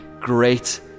great